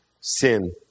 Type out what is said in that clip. sin